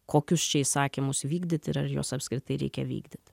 kokius čia įsakymus vykdyti ir ar juos apskritai reikia vykdyt